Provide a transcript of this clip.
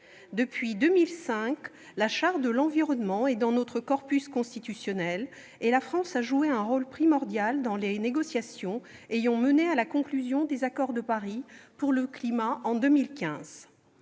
Depuis 2005, la Charte de l'environnement est dans notre corpus constitutionnel et la France a joué un rôle primordial dans les négociations ayant mené à la conclusion des accords de Paris pour le climat en 2015.